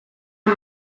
een